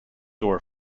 door